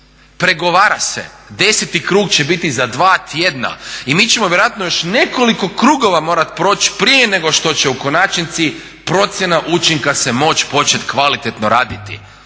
pregovara se. 10.krug će biti za dva tjedna i mi ćemo vjerojatno još nekoliko krugova morati proć prije nego što će u konačnici procjena učinka se moć početi kvalitetno raditi.